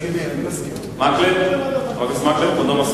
חבר הכנסת מקלב מסכים?